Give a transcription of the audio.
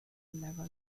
level